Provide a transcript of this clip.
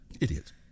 Idiots